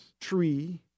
tree